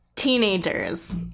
Teenagers